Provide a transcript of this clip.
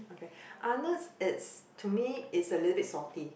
okay Arnold's not it's to me it's a little bit salty